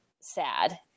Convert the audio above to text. sad